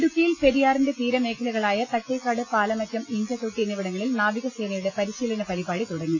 ഇടുക്കിയിൽ പെരിയാറിന്റെ തീരമേഖലകളായ തട്ടേക്കാട് പാല മറ്റം ഇഞ്ചതൊട്ടി എന്നിവിടങ്ങളിൽ നാവികസേനയുടെ പരിശീലന പരിപാടി തുടങ്ങി